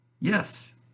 Yes